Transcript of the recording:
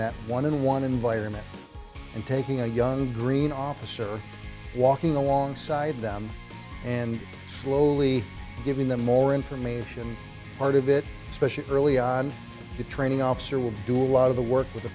that one in one environment and taking a young green officer walking alongside them and slowly giving them more information part of it especially early on the training officer will do a lot of the work with